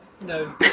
no